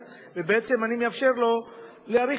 לאור העובדה כי האנשים האלה זכאים לעלות